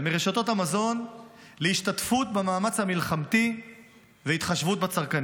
הייתה לי ציפייה מרשתות המזון להשתתפות במאמץ המלחמתי והתחשבות בצרכנים,